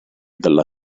dalla